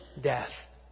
death